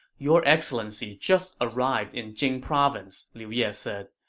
your excellency just arrived in jing province, liu ye said.